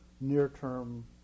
near-term